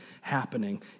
happening